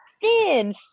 thin